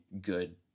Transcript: good